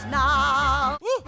now